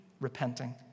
repenting